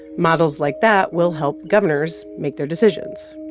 models like that will help governors make their decisions.